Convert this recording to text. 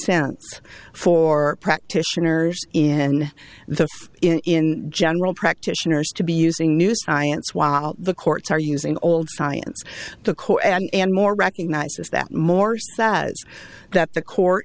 sense for practitioners in the in general practitioners to be using new science while the courts are using old science to court and more recognizes that more that is that the court